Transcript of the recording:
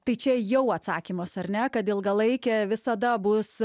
tai čia jau atsakymas ar ne kad ilgalaikė visada bus